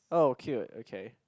oh cute okay